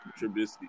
Trubisky